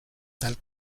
tal